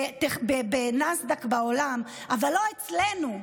בנאסד"ק בעולם, אבל לא אצלנו.